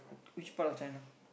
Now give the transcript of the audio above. which part of China